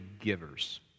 givers